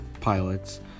pilots